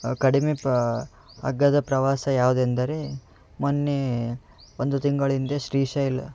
ಕಡಿಮೆ ಪ ಅಗ್ಗದ ಪ್ರವಾಸ ಯಾವುದೆಂದರೆ ಮೊನ್ನೆ ಒಂದು ತಿಂಗಳ ಹಿಂದೆ ಶ್ರೀಶೈಲ